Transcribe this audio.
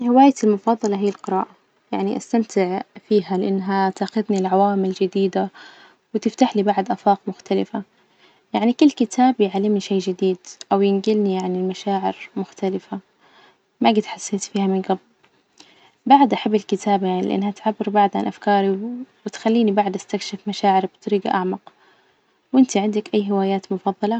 هوايتي المفضلة هي القراءة، يعني أستمتع فيها لإنها تأخذني لعوامل جديدة، وتفتح لي بعد آفاق مختلفة، يعني كل كتاب يعلمني شي جديد أو ينجلني يعني لمشاعر مختلفة ما قد حسيت فيها من جبل، بعد أحب الكتابة لإنها تعبر بعد عن أفكاري، وتخليني بعد أستكشف مشاعري بطريقة أعمق، وإنتي عندك أي هوايات مفظلة؟